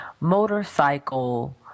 motorcycle